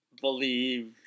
believe